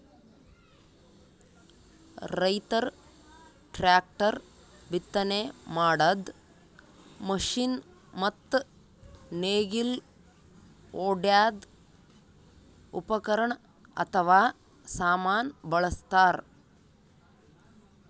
ರೈತರ್ ಟ್ರ್ಯಾಕ್ಟರ್, ಬಿತ್ತನೆ ಮಾಡದ್ದ್ ಮಷಿನ್ ಮತ್ತ್ ನೇಗಿಲ್ ಹೊಡ್ಯದ್ ಉಪಕರಣ್ ಅಥವಾ ಸಾಮಾನ್ ಬಳಸ್ತಾರ್